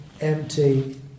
empty